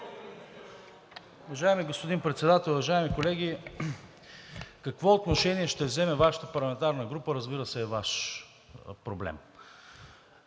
Уважаеми господин Председател, уважаеми колеги! Какво отношение ще вземе Вашата парламентарна група, разбира се, е Ваш проблем.